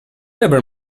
never